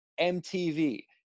MTV